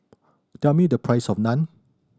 tell me the price of Naan